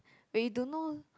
they don't know